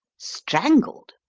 strangled?